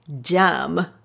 dumb